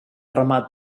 ramat